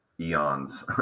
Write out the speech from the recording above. eons